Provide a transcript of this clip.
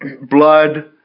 blood